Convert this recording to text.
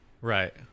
right